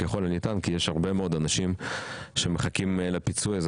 יש הרבה מאוד אנשים שמחכים לפיצוי הזה,